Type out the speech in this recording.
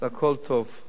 הכול טוב.